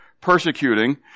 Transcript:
persecuting